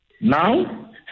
Now